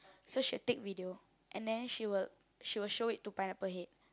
so she will take video and then she will she will show it to Pineapple Head